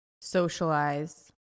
socialize